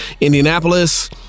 Indianapolis